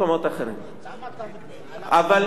כי במקומות אחרים יש זמן,